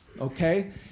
okay